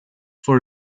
for